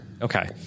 Okay